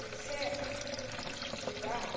जिसे जिबा